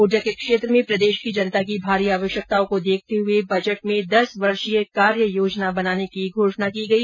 ऊर्जा के क्षेत्र में प्रदेश की जनता की भारी आवश्यकताओं को देखते हुए बजट में दस वर्षीय कार्य योजना बनाने की घोषणा की गई